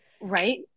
right